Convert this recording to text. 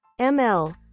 ML